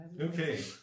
Okay